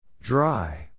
Dry